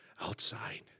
outside